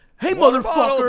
hey motherfucker! water